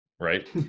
right